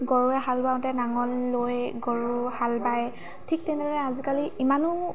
গৰুৱে হাল বাওঁতে নাঙল লৈ গৰু হাল বায় ঠিক তেনেদৰে আজিকালি ইমানো